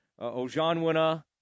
Ojanwina